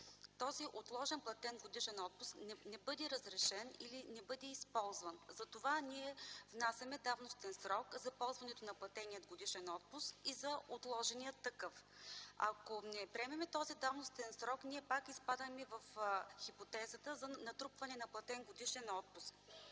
този отложен платен годишен отпуск не бъде разрешен или не бъде използван. Затова внасяме давностен срок за ползването на платения годишен отпуск и за отложения такъв. Ако не приемем този давностен срок, пак изпадаме в хипотезата за натрупване на платен годишен отпуск.